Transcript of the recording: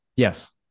yes